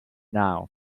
now